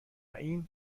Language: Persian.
این